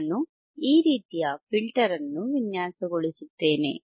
ನಾನು ಈ ರೀತಿಯ ಫಿಲ್ಟರ್ ಅನ್ನು ವಿನ್ಯಾಸಗೊಳಿಸುತ್ತೇನೆ